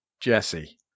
Jesse